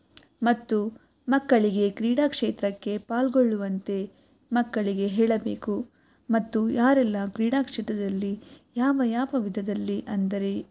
ಮತ್ತು ಮಕ್ಕಳಿಗೆ ಕ್ರೀಡಾಕ್ಷೇತ್ರಕ್ಕೆ ಪಾಲ್ಗೊಳ್ಳುವಂತೆ ಮಕ್ಕಳಿಗೆ ಹೇಳಬೇಕು ಮತ್ತು ಯಾರೆಲ್ಲ ಕ್ರೀಡಾಕ್ಷೇತ್ರದಲ್ಲಿ ಯಾವ ಯಾವ ವಿಧದಲ್ಲಿ ಅಂದರೆ